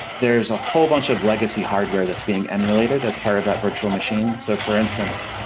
there is a whole bunch of legacy hardware that's being emulated as part of that virtual machine. so for instance,